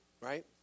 right